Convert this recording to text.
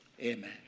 Amen